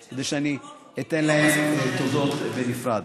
כדי שאני אתן להם תודות בנפרד.